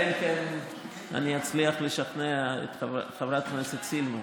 אלא אם כן אני אצליח לשכנע את חברת הכנסת סילמן,